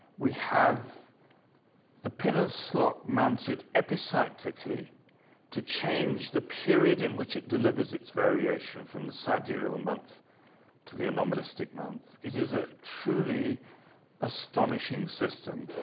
we have the pin and slot mounted epicyclically to change the period in which it delivers its variation from the sidereal month to the anomalistic month. it is a truly astonishing system.